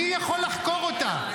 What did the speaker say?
מי יכול לחקור אותה?